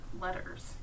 letters